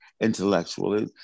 intellectual